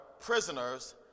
prisoners